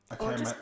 okay